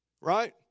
Right